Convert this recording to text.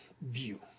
view